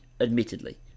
admittedly